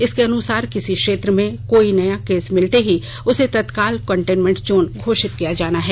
इसके अनुसार किसी क्षेत्र में कोई नया केस मिलते ही उसे तत्काल कंटेनमेंट जोन घोषित किया जाना है